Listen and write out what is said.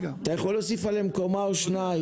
אתה יכול להוסיף עליהם קומה או שתיים,